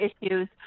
issues